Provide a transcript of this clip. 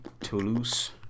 Toulouse